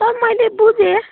sir मैले बुझेँ